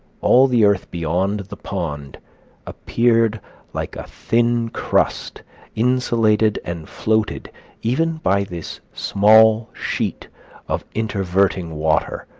all the earth beyond the pond appeared like a thin crust insulated and floated even by this small sheet of interverting water,